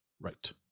Right